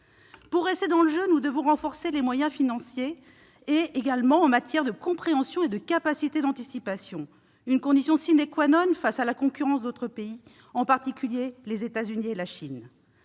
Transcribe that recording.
Pour rester dans le jeu, nous devons renforcer les moyens financiers, mais également progresser en matière de compréhension et de capacité d'anticipation, condition pour faire face à la concurrence d'autres pays, en particulier les États-Unis et la Chine.